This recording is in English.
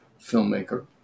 filmmaker